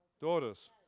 daughters